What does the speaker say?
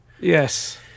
Yes